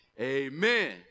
Amen